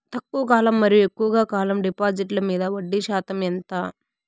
తక్కువ కాలం మరియు ఎక్కువగా కాలం డిపాజిట్లు మీద వడ్డీ శాతం ఎంత?